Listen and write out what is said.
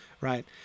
right